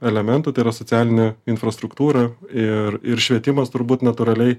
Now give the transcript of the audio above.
elementų tai yra socialinė infrastruktūra ir ir švietimas turbūt natūraliai